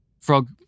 Frog